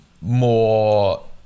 More